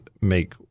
make